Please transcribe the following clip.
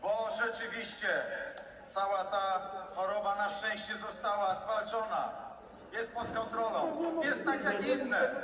Bo rzeczywiście cała ta choroba na szczęście została zwalczona, jest pod kontrolą, jest taka jak inne.